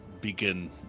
begin